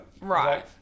Right